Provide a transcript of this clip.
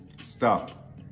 stop